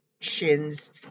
shins